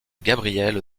gabriel